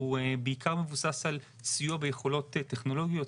הוא בעיקר מבוסס על סיוע ביכולות טכנולוגיות,